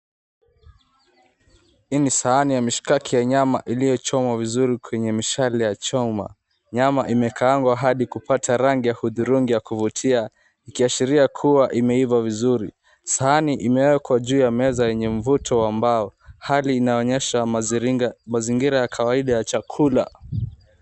Hii ni sahani ya mishkaki ya nyama iliochomwa vizuri kwenye mishale ya choma. Nyama imekaangwa na kupata rangi ya hudhurungi ya kuvutia, ikiashiria kua imeiva vizuri. Sahani imewekwa juu ya meza yenye mvuto wa mbai. Hali inaonesha mazingira ya kawaida ya chakula.